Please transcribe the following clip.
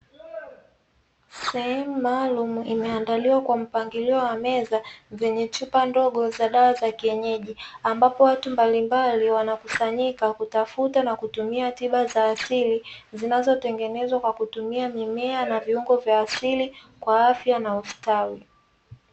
Sehemu maalumu imeandaliwa kwa mpangilio wa meza, zenye chupa ndogo za dawa za kienyeji, ambapo watu mbalimbali wanakusanyika kutafuta na kutumia tiba za asili, zinazotengenezwa kwa kutumia mimea na viungo vya asili kwa afya na ustawi.